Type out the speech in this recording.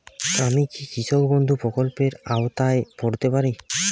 আমি কি কৃষক বন্ধু প্রকল্পের আওতায় পড়তে পারি?